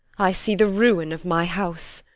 i see the ruin of my house!